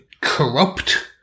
corrupt